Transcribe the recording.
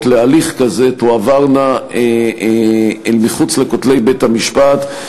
להליך כזה תועברנה אל מחוץ לכותלי בית-המשפט,